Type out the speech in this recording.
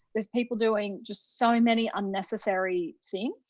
there's people doing just so many unnecessary things.